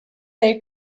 they